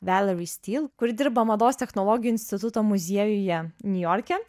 valery steel kur dirba mados technologijų instituto muziejuje niujorke